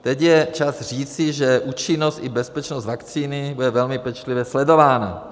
Teď je čas říci, že účinnost i bezpečnost vakcíny bude velmi pečlivě sledována.